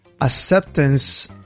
acceptance